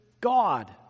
God